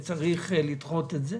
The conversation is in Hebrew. וצריך לדחות את זה,